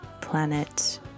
planet